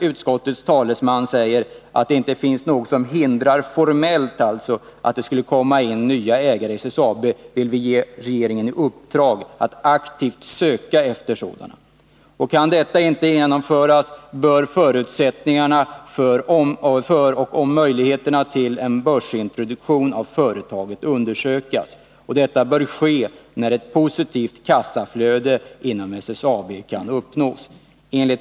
Utskottets talesman säger visserligen att det inte finns formella hinder för nya ägare i SSAB, men jag vill ge regeringen ett direkt uppdrag att aktivt söka efter sådana. Kan detta inte genomföras bör förutsättningarna för möjligheter till en börsintroduktion av företaget undersökas, och detta bör kunna ske när ett positivt kassaflöde inom SSAB uppnås.